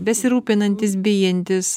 besirūpinantys bijantys